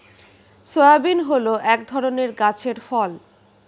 soybean হল এক ধরনের গাছের ফল